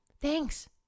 Thanks